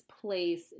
place